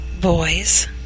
Boys